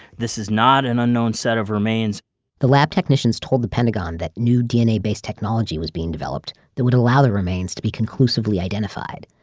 this is not an unknown set of remains the lab technicians told the pentagon that new dna-based technology was being developed that would allow the remains to be conclusively identified.